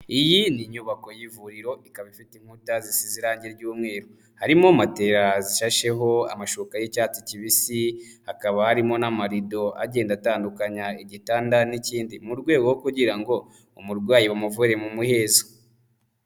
Iyi ni inyubako y'ivuriro, ikaba ifite inkuta zisize irangi ry'umweru, harimo matera zishasheho amashuka y'icyatsi kibisi, hakaba harimo n'amarido agenda atandukanya igitanda n'ikindi, mu rwego kugira ngo umurwayi bamuvure mu muhezo.